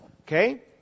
Okay